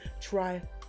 try